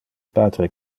patre